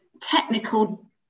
technical